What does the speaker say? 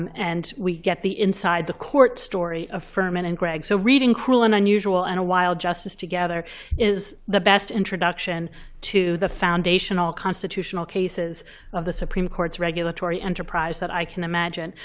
um and we get the inside the court story of furman and gregg. so reading cruel and unusual and a wild justice together is the best introduction to the foundational constitutional cases of the supreme court's regulatory enterprise that i can imagine.